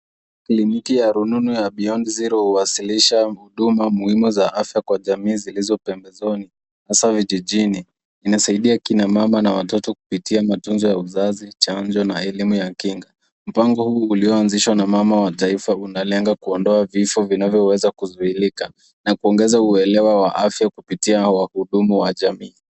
Kliniki ya rununu ya Beyond Zero huwasilisha huduma muhimu za afya kwa jamii zilizo pembezoni hasa vijijini. Inasaidia kina mama na watoto kupitia matunzo ya uzazi, chanjo na elimu ya kinga. Mpango huu ulioanzishwa na mama wa taifa unalenga kuondoa vifo vinavyoweza kuzuilika na kuongeza uelewa wa afya kupitia wahudumu wa jamii.